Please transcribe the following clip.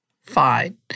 fine